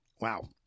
wow